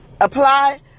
Apply